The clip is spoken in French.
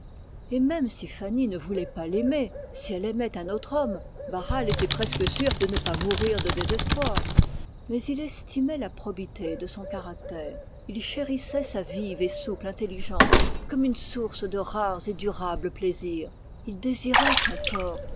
et même si fanny ne voulait pas l'aimer si elle aimait un autre homme barral était presque sûr de ne pas mourir de désespoir mais il estimait la probité de ce caractère féminin il chérissait la vive et souple intelligence de fanny comme une source de rares et durables plaisirs désirait son corps